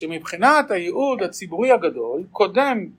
שמבחינת הייעוד הציבורי הגדול, קודם